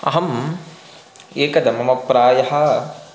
अहम् एकदा मम प्रायः